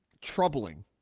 troubling